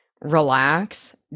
relax